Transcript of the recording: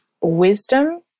wisdom